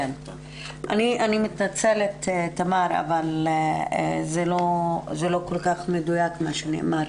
אני מתנצלת תמר, אבל זה לא כל כך מדויק מה שנאמר.